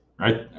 Right